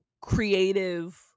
creative